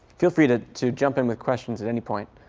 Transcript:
feel free to to jump in with questions at any point,